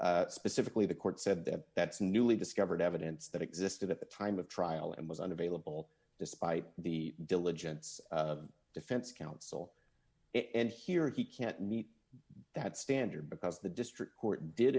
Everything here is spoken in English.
clause specifically the court said that that's a newly discovered evidence that existed at the time of trial and was unavailable despite the diligence of defense counsel it and here he can't meet that standard because the district court did